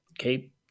okay